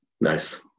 nice